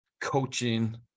coaching